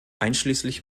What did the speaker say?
einschließlich